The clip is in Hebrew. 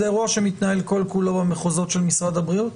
זה אירוע שמתנהל כל כולו במחוזות של משרד הבריאות,